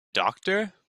doctor